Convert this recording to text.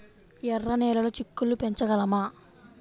ఎర్ర నెలలో చిక్కుళ్ళు పెంచగలమా?